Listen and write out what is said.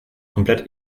komplett